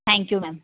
thank you ma'am